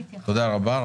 תודה רבה.